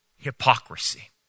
hypocrisy